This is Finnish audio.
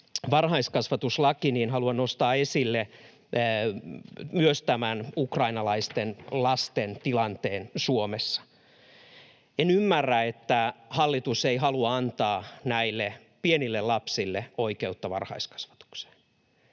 varhaiskasvatuslaki, niin haluan nostaa esille myös tämän ukrainalaisten lasten tilanteen Suomessa. En ymmärrä, että hallitus ei halua antaa näille pienille lapsille oikeutta varhaiskasvatukseen.